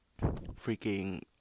freaking